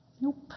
Nope